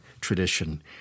tradition